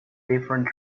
different